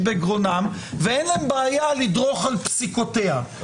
בגרונם ואין להם בעיה לדרוך על פסיקותיה.